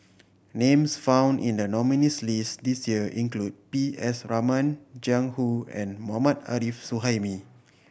names found in the nominees' list this year include P S Raman Jiang Hu and Mohammad Arif Suhaimi